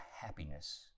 happiness